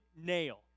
nail